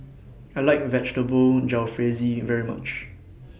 I like Vegetable Jalfrezi very much